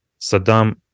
Saddam